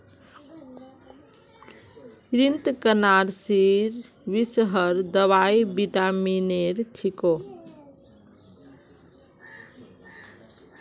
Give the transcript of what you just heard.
कृन्तकनाशीर विषहर दवाई विटामिनेर छिको